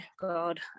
God